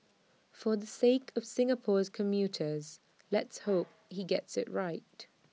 for the sake of Singapore's commuters let's hope he gets IT right